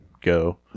go